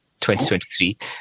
2023